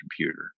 computer